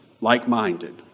like-minded